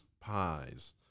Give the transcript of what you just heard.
pies